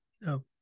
No